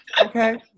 Okay